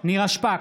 נירה שפק,